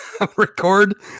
record